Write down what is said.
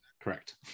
Correct